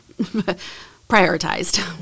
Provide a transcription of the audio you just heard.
prioritized